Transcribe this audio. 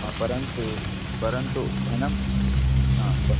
परन्तु परन्तु धनं